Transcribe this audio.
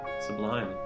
sublime